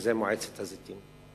שזה מועצת הזיתים.